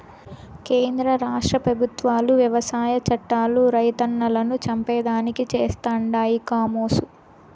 కేంద్ర రాష్ట్ర పెబుత్వాలు వ్యవసాయ చట్టాలు రైతన్నలను చంపేదానికి చేస్తండాయి కామోసు